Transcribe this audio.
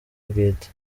bwite